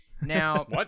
Now